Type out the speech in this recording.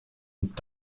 und